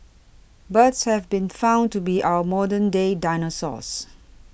birds have been found to be our modern day dinosaurs